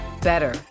better